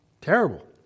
Terrible